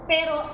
Pero